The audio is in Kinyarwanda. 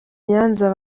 nyanza